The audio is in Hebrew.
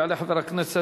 יעלה חבר הכנסת